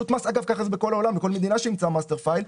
כך זה בכל העולם ובכל מדינה שאימצה master file,